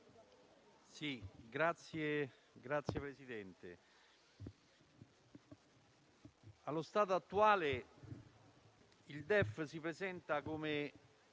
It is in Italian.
Signor Presidente, allo stato attuale il DEF si presenta come